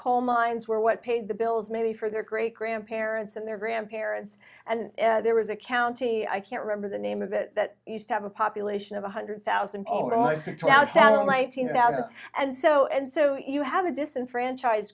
coal mines were what paid the bills maybe for their great grandparents and their grandparents and there was a county i can't remember the name of it used to have a population of a hundred thousand one hundred and so and so you have a disenfranchised